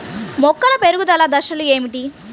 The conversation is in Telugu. మొక్కల పెరుగుదల దశలు ఏమిటి?